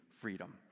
freedom